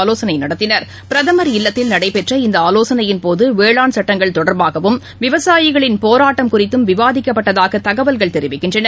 இன்றுஆலோசனைடத்தினர் பிரதமர் இல்லத்தில் நடைபெற்ற இந்தஆலோசனையின்போதுவேளான் சுட்டங்கள் தொடர்பாகவும் விவசாயிகளின் போராட்டம் குறித்தும் விவாதிக்கப்பட்டதாகதகவல்கள் தெரிவிக்கின்றன